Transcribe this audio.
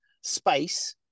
space